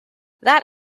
that